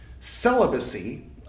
Celibacy